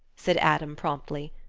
said adam, promptly.